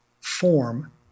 form